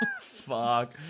Fuck